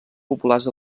populars